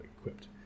equipped